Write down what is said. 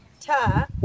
ta